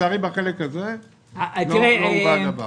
לצערי בחלק הזה לא הובא הדבר.